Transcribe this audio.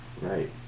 Right